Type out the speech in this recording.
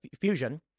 Fusion